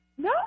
No